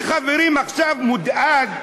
אני, חברים, עכשיו מודאג.